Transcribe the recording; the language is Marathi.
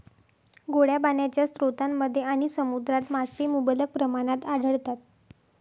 गोड्या पाण्याच्या स्रोतांमध्ये आणि समुद्रात मासे मुबलक प्रमाणात आढळतात